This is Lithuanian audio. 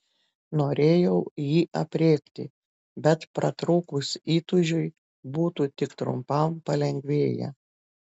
norėjau jį aprėkti bet pratrūkus įtūžiui būtų tik trumpam palengvėję